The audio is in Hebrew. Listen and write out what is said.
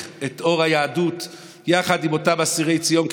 את אור היהדות יחד עם אותם אסירי ציון,